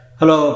Hello